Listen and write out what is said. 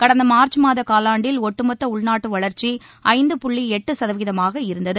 கடந்த மார்ச் மாத காலாண்டில் ஒட்டுமொத்த உள்நாட்டு வளர்ச்சி ஐந்து புள்ளி எட்டு சதவீதமாக இருந்தது